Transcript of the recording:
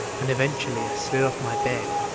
and eventually i slid off my bed,